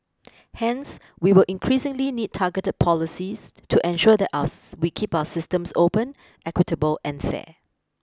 Hence we will increasingly need targeted policies to ensure that us we keep our systems open equitable and fair